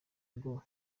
ngo